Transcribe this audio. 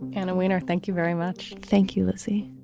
and a winner? thank you very much. thank you, losee